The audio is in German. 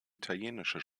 italienische